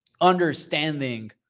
understanding